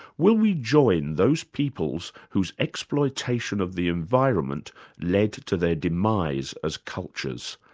will we join those peoples whose exploitation of the environment led to to their demise as cultures.